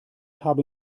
habe